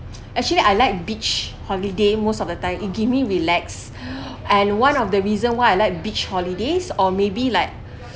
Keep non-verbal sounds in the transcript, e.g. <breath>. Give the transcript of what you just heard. actually I like beach holiday most of the time it give me relax <breath> and one of the reason why I like beach holidays or maybe like